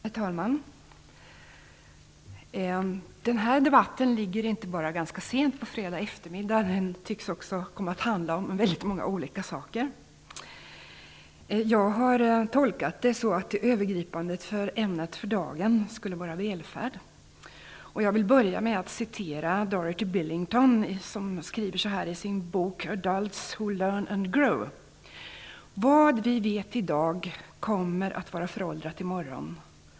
Herr talman! Den här debatten ligger inte bara ganska sent på fredagseftermiddagen - den tycks också komma att handla om väldigt många olika saker. Jag har tolkat det så, att det övergripande ämnet för dagen skulle vara välfärd. Jag vill börja med att citera Dorothy Billington, som skriver så här i sin bok Adults Who Learn and Grow: Vad vi vet i dag kommer att vara föråldrat i morgon.